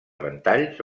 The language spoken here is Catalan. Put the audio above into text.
ventalls